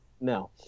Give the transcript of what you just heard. No